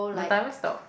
the timer stopped